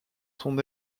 son